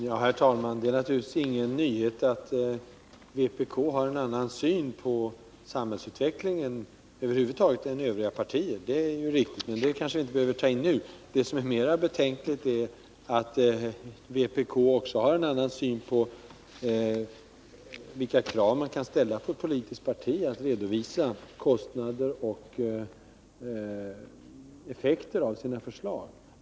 Herr talman! Det är naturligtvis ingen nyhet att vpk har en annan syn på samhällsutvecklingen över huvud taget än övriga partier. Det behöver vi kanske inte ta upp i den här diskussionen. Det som är mera betänkligt är att vpk har en annan syn också på vilka krav man kan ställa på ett politiskt parti när det gäller att redovisa kostnader för och effekter av de förslag man för fram.